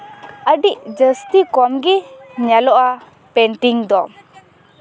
ᱟᱹᱰᱤ ᱡᱟᱹᱥᱛᱤ ᱠᱚᱢ ᱜᱮ ᱧᱮᱞᱚᱜᱼᱟ ᱯᱮᱱᱴᱤᱝ ᱫᱚ